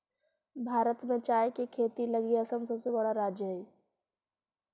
भारत में चाय के खेती लगी असम सबसे बड़ा राज्य हइ